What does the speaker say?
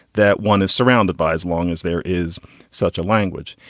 that one is surrounded by as long as there is such a language.